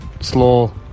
slow